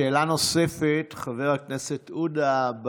שאלה נוספת, חבר הכנסת עודה.